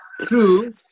true